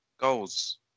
goals